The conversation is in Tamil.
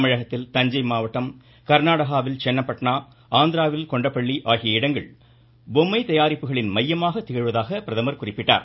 தமிழகத்தில் தஞ்சை மாவட்டம் கர்நாடகாவில் சன்னபட்னா ஆந்திராவில் கோண்டபள்ளி ஆகிய இடங்கள் பொம்மை தயாரிப்புகளின் மையமாக திகழ்வதாக குறிப்பிட்டார்